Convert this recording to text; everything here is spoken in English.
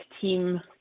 team